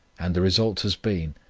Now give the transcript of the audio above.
and the result has been,